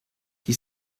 qui